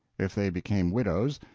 if they became widows,